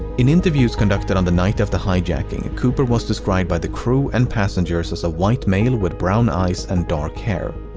in interviews conducted on the night of the hijacking, cooper was described by the crew and passengers as a white male with brown eyes and dark hair.